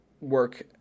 work